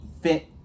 fit